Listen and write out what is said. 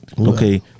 Okay